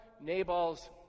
Nabal's